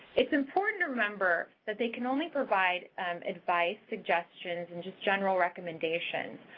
it's important remember that they can only provide advice, suggestions, and just general recommendations.